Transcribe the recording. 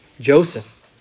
Joseph